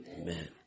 amen